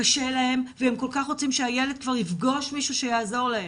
קשה להם והם כל כך רוצים שהילד כבר יפגוש מישהו שיעזור להם.